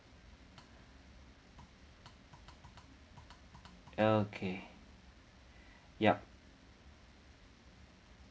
okay yup